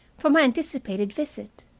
for my anticipated visit.